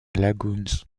lagoons